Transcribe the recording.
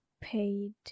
paid